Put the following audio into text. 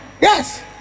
Yes